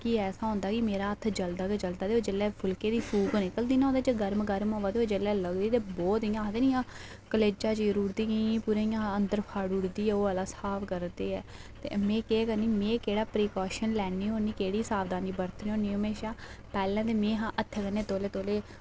कि मेरा ओह् हत्थ जलदा गै जलदा ते जेल्लै फुल्के दी फूक निकलदी ना ओह् गरमा गरम ते बहुत इंया आखदे न कि इंया कलेजा चीरी ओड़दी इंया अंदर फाड़ी ओड़दी ते ओह् आह्ला स्हाब करदी ऐ ते में केह् करनी में केह्ड़ा प्रीकॉशन लैन्नी होन्नी केह्ड़ी सावधानी बरतनी होन्नी हमेशा पैह्लें ते में हत्थें कन्नै तौले तौले